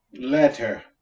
Letter